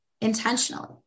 intentionally